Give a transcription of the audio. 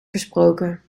gesproken